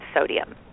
sodium